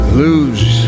lose